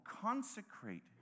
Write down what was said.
Consecrate